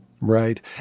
Right